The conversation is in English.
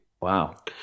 wow